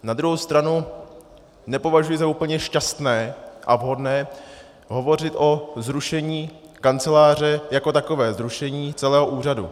Na druhou stranu nepovažuji za úplně šťastné a vhodné hovořit o zrušení kanceláře jako takové, zrušení celého úřadu.